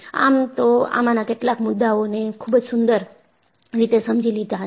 આમ તો આમાંના કેટલાક મુદ્દાઓને ખુબ જ સુંદર રીતે સમજી લીધા છે